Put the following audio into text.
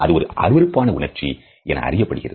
இது ஒரு அருவருப்பான உணர்ச்சி என அறியப்படுகிறது